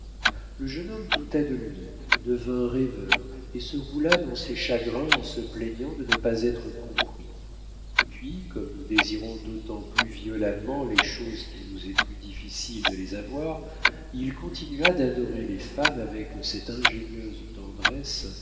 le jeune homme douta de lui devint rêveur et se roula dans ses chagrins en se plaignant de ne pas être compris puis comme nous désirons d'autant plus violemment les choses qu'il nous est plus difficile de les avoir il continua d'adorer les femmes avec cette ingénieuse tendresse